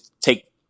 take